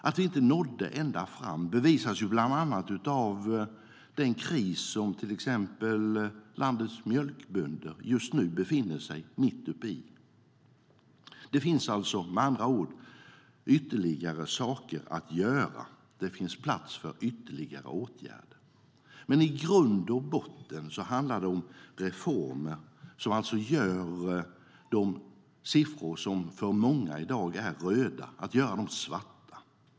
Att vi inte nådde ända fram bevisas bland annat av den kris som till exempel landets mjölkbönder just nu befinner sig mitt i. Det finns med andra ord ytterligare saker att göra. Det finns plats för ytterligare åtgärder. Men i grund och botten handlar det om reformer som gör att de siffror som för många i dag är röda blir svarta.